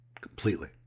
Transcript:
Completely